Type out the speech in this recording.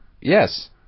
Yes